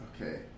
Okay